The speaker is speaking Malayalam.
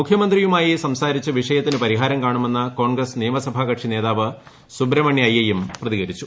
മുഖ്യമന്ത്രിയുമായി സ്ക്സാരിച്ച് വിഷയത്തിന് പരിഹാരം കാണുമെന്ന് കോൺഗ്രസ് നിയമസഭാ കക്ഷി നേതാവ് സുബ്രഹ്മണ്യയും പ്രതികരിച്ചു